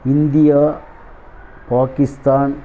India Pakistan